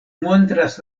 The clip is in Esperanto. montras